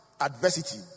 adversity